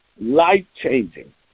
life-changing